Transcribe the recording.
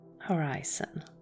horizon